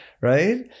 right